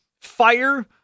fire